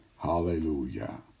Hallelujah